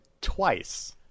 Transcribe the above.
twice